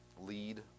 lead